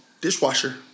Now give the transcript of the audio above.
dishwasher